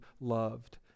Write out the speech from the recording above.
loved